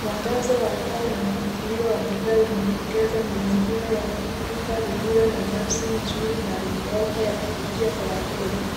Mwangaza wa taa na mpangilio unaondokeza mazingira ya duka lililo na nafsi nzuri na lenye offer ya kuvutiaa Kwa wateja.